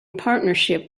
partnership